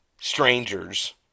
strangers